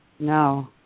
No